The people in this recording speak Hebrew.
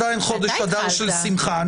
עדיין חודש אדר של שמחה.